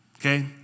Okay